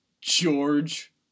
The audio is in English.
George